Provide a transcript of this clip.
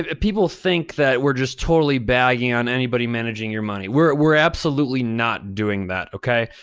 ah people think that we're just totally bagging on anybody managing your money. we're we're absolutely not doing that, okay?